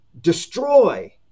destroy